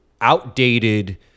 outdated